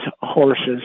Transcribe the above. horses